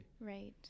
right